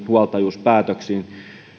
huoltajuuspäätöksiin